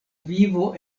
vivo